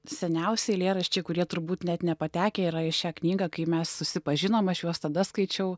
seniausi eilėraščiai kurie turbūt net nepatekę yra į šią knygą kai mes susipažinom aš juos tada skaičiau